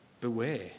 beware